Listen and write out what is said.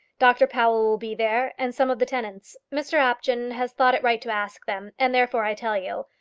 dr powell will be there, and some of the tenants. mr apjohn has thought it right to ask them, and therefore i tell you.